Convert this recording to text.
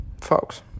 folks